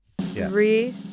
Three